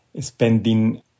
spending